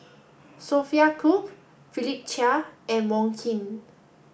Sophia Cooke Philip Chia and Wong Keen